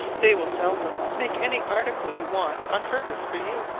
they will seldom make any article you want on purpose for you.